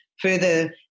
further